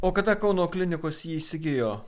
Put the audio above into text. o kada kauno klinikos jį įsigijo